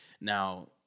Now